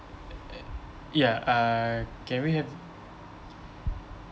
uh ya err can we have